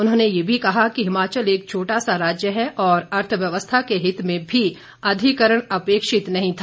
उन्होंने यह भी कहा कि हिमाचल एक छोटा सा राज्य है तथा अर्थव्यवस्था के हित में भी अधिकरण अपेक्षित नहीं था